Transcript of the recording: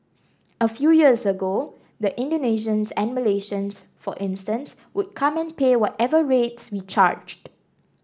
a few years ago the Indonesians and Malaysians for instance would come and pay whatever rates we charged